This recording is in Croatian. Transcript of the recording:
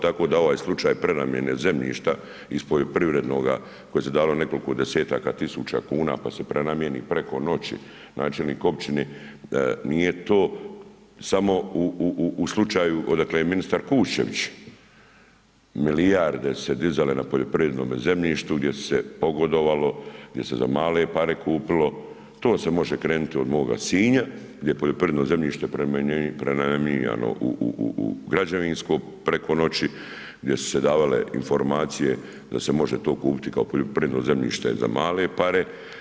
Tako da ovaj slučaj prenamjene zemljišta iz poljoprivrednoga koji se dalo nekoliko 10-taka tisuća kuna pa se prenamijeni preko noći, načelnik općine, nije to samo u slučaju odakle je ministar Kuščević, milijarde su se dizale na poljoprivrednom zemljištu gdje se je pogodovalo, gdje se za male pare kupilo, to se može krenuti od moga Sinja, gdje je poljoprivredno zemljište prenamjenjivano u građevinsko preko noći, gdje su se davale informacije da se to može kupiti kao poljoprivredno zemljište za male pare.